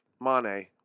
Mane